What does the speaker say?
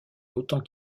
autant